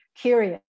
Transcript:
curious